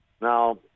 Now